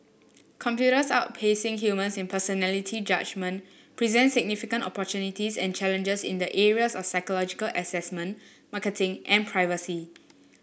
computers outpacing humans in personality judgement presents significant opportunities and challenges in the areas of psychological assessment marketing and privacy